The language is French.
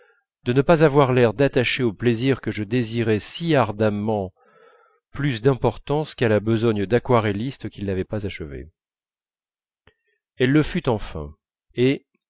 de ne pas avoir l'air d'attacher au plaisir que je désirais si ardemment plus d'importance qu'à la besogne d'aquarelliste qu'il n'avait pas achevée elle le fut enfin et